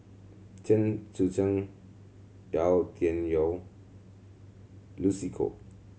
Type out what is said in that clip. Chen Sucheng Yau Tian Yau Lucy Koh